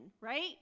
right